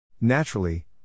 Naturally